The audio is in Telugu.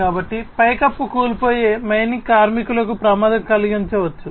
కాబట్టి పైకప్పు కూలిపోయి మైనింగ్ కార్మికులకు ప్రమాదం కలిగించవచ్చు